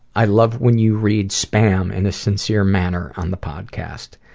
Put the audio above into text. i love when you read spam in a sincere manner on the podcast.